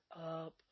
up